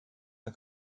the